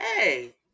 hey